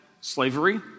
slavery